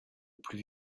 plus